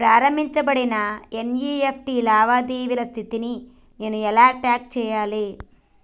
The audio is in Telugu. ప్రారంభించబడిన ఎన్.ఇ.ఎఫ్.టి లావాదేవీల స్థితిని నేను ఎలా ట్రాక్ చేయాలి?